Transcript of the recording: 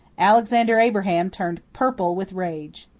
alexander abraham turned purple with rage.